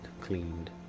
cleaned